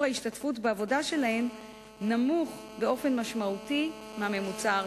ההשתתפות שלהן בעבודה נמוך באופן משמעותי מהממוצע הארצי,